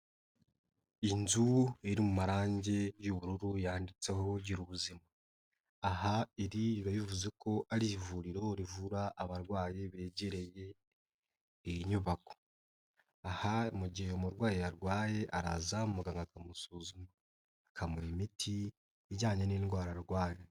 Inzu iri mu marangi y'ubururu yanditseho gira ubuzima, aha ibi biba bivuze ko ari ivuriro rivura abarwayi begereye iyi nyubako, aha mu gihe umurwayi arwaye araza umuganga akamusuzuma akamuha imiti ijyanye n'indwara arwaye.